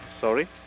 Sorry